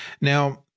Now